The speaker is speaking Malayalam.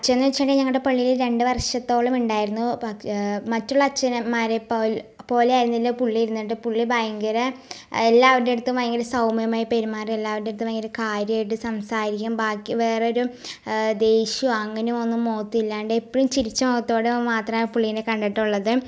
അച്ചൻന്ന് വെച്ചിട്ടുണ്ടെങ്കിൽ ഞങ്ങളുടെ പള്ളീൽ രണ്ട് വർഷത്തോളമുണ്ടായിരുന്നു മറ്റുള്ള അച്ചന്മാരെപ്പോലെ പോലെ ആയിരുന്നില്ല പുള്ളി ഇരുന്നത് പുള്ളി ഭയങ്കര എല്ലാവരുടടുത്തും ഭയങ്കര സൗമ്യമായി പെരുമാറി എല്ലാവരുടടുത്തും ഭയങ്കര കാര്യമായിട്ട് സംസാരിക്കും ബാക്കി വേറൊരു ദേഷ്യമോ അങ്ങനെ ഒന്നും മുഖത്തില്ലാണ്ട് എപ്പോഴും ചിരിച്ച മുഖത്തോടെ മാത്രമേ ആ പുള്ളീനെ കണ്ടിട്ടുള്ളത്